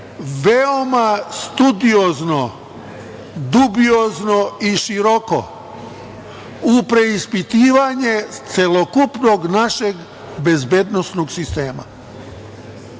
veoma studiozno, dubiozno i široko u preispitivanje celokupnog našeg bezbednosnog sistema.